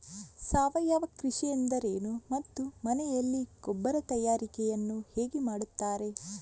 ಸಾವಯವ ಕೃಷಿ ಎಂದರೇನು ಮತ್ತು ಮನೆಯಲ್ಲಿ ಗೊಬ್ಬರ ತಯಾರಿಕೆ ಯನ್ನು ಹೇಗೆ ಮಾಡುತ್ತಾರೆ?